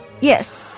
Yes